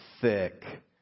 thick